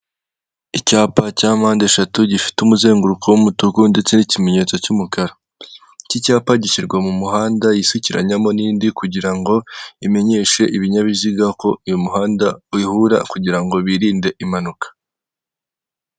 Icyapa cya mpande eshatu gifite umuzenguruko w'umutuku ndetse n'ikimenyetso cy'umukara, iki cyapa gishyirwa mu muhanda yisukiranyamo n'indi kugira ngo imenyeshe ibinyabiziga ko uyu muhanda uhura kugira ngo birinde impanuka.